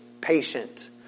patient